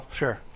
sure